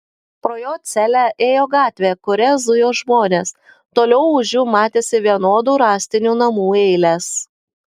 pro jo celę ėjo gatvė kuria zujo žmonės toliau už jų matėsi vienodų rąstinių namų eilės